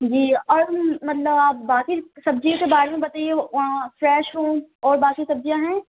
جی اور مطلب آپ باقی سبزیوں کے بارے میں بتائیے فریش ہوں اور باقی سبزیاں ہیں